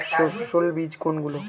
সস্যল বীজ কোনগুলো?